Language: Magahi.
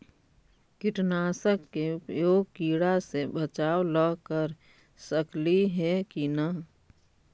कीटनाशक के उपयोग किड़ा से बचाव ल कर सकली हे की न?